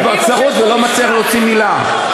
אני כבר צרוד ולא מצליח להוציא מילה.